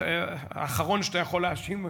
האחרון שאתה יכול להאשים,